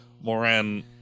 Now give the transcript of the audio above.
Moran